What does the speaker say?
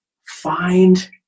find